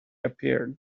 appeared